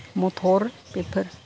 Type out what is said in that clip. मथर बेफोर